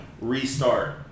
restart